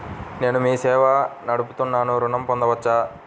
నేను మీ సేవా నడుపుతున్నాను ఋణం పొందవచ్చా?